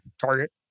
target